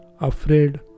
afraid